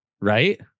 Right